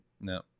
No